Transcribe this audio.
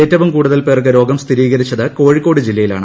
ഏറ്റവും കൂടുതൽ പേർക്ക് രോഗം സ്ഥിരീകരിച്ചത് കോഴിക്കോട് ജില്ലയിലാണ്